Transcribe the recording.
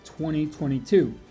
2022